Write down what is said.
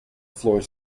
floor